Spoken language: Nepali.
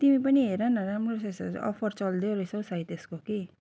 तिमी पनि हेर न राम्रो रहेछ अफर चल्दै रहेछ हौ सायद यसको कि